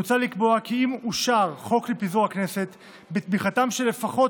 מוצע לקבוע כי אם אושר חוק לפיזור הכנסת בתמיכתם של לפחות